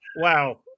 wow